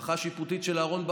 המהפכה השיפוטית של אהרן ברק,